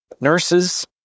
Nurses